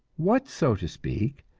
what, so to speak,